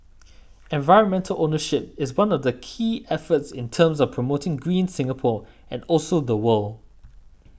environmental ownership is one of the key efforts in terms of promoting green Singapore and also the world